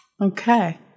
Okay